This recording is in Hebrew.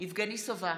יבגני סובה,